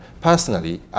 personally